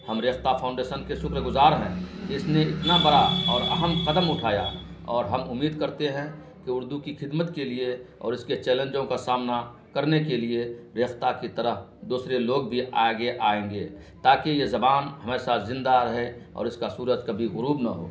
ہم ریختہ فاؤنڈیشن کے شکر گزار ہیں اس نے اتنا بڑا اور اہم قدم اٹھایا اور ہم امید کرتے ہیں کہ اردو کی خدمت کے لیے اور اس کے چیلنجوں کا سامنا کرنے کے لیے ریختہ کی طرح دوسرے لوگ بھی آگے آئیں گے تاکہ یہ زبان ہمیشہ زندہ ہے اور اس کا سورج کبھی غروب نہ ہو